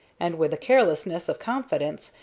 and, with the carelessness of confidence,